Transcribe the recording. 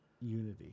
Unity